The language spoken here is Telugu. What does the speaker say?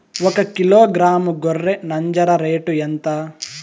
ఒకకిలో గ్రాము గొర్రె నంజర రేటు ఎంత?